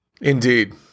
Indeed